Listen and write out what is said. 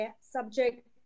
subject